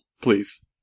please